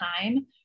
time